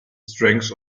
strength